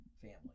family